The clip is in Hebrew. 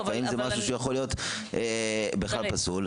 לפעמים זה משהו שהוא יכול להיות בכלל פסול.